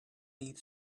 heat